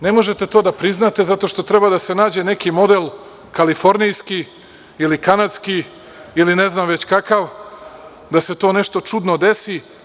Ne možete to da priznate zato što treba da se nađe neki model kalifornijski ili kanadski ili ne znam već kakav, da se to nešto čudno desi.